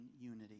unity